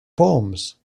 poems